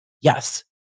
Yes